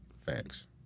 Facts